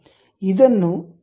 ಇದನ್ನು ಈ ರೀತಿ ಪ್ರಾರಂಭಿಸೋಣ